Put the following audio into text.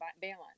balance